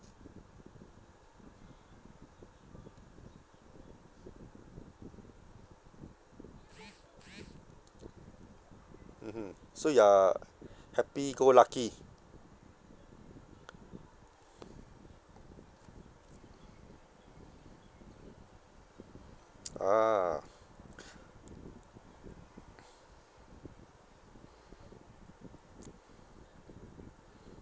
mmhmm so you are happy-go-lucky ah